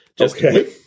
Okay